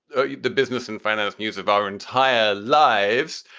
ah the business and finance news of our entire lives.